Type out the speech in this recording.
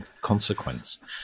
consequence